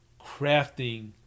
crafting